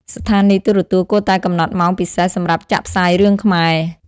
ស្ថានីយទូរទស្សន៍គួរតែកំណត់ម៉ោងពិសេសសម្រាប់ចាក់ផ្សាយរឿងខ្មែរ។